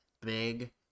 big